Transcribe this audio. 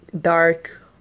dark